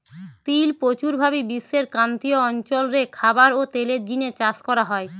তিল প্রচুর ভাবি বিশ্বের ক্রান্তীয় অঞ্চল রে খাবার ও তেলের জিনে চাষ করা হয়